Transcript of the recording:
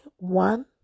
One